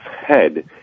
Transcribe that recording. head